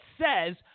says